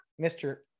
Mr